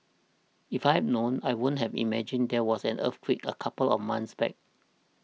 if I known I wouldn't have imagined there was an earthquake a couple of months back